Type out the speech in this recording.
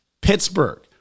Pittsburgh